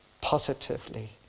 positively